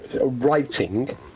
writing